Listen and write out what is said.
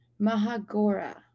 Mahagora